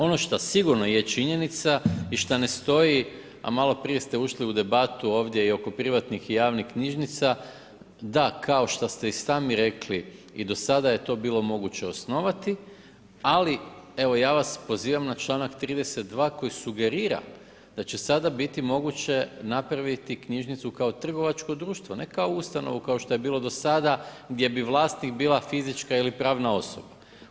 Ono što sigurno je činjenica i što ne stoji, a maloprije ste ušli u debatu ovdje i oko privatnih i javnih knjižnica da kao što ste i sami rekli i do sada je to bilo moguće osnovati, ali evo ja vas pozivam na čl. 32. koji sugerira da će sada biti moguće napraviti knjižnicu kao trgovačko društvo, ne kao ustanovu kao što je bilo do sada, gdje bi vlasnik bila fizička ili pravna osoba.